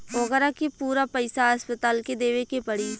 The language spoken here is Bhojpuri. ओकरा के पूरा पईसा अस्पताल के देवे के पड़ी